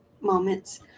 moments